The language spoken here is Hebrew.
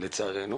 בואו